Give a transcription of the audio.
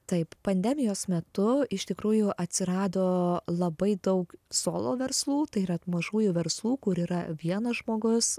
taip pandemijos metu iš tikrųjų atsirado labai daug solo verslų tai yra mažųjų verslų kur yra vienas žmogus